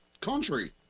country